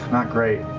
not great,